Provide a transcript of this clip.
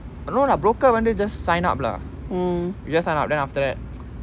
no lah broker வந்து:vanthu just sign up lah you just sign up then after that